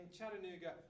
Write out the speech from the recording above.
Chattanooga